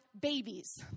babies